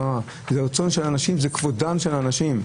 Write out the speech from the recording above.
זה רצון של הנשים, זה כבודן של הנשים.